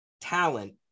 talent